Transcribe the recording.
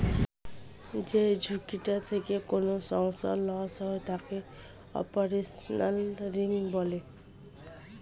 যেই ঝুঁকিটা থেকে কোনো সংস্থার লস হয় তাকে অপারেশনাল রিস্ক বলে